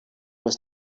was